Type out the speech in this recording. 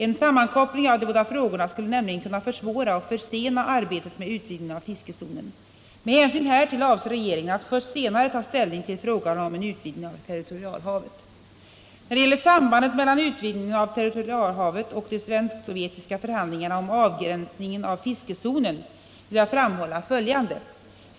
En sammankoppling av de båda frågorna skulle nämligen kunna försvåra och försena arbetet med utvidgningen av fiskezonen. Med hänsyn härtill avser regeringen att först senare ta ställning till frågan om en utvidgning av territorialhavet. När det gäller sambandet mellan utvidgningen av territorialhavet och de svensk-sovjetiska förhandlingarna om avgränsningen av fiskezonen vill jag framhålla följande.